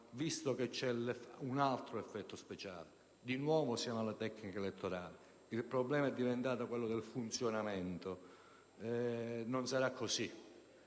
va considerato un altro effetto speciale: siamo nuovamente alla tecnica elettorale, il problema è diventato quello del funzionamento. Non sarà così.